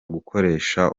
gukoresha